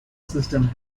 systems